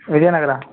Vijayanagara